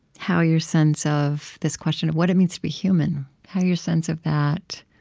how your sense of this question of what it means to be human how your sense of that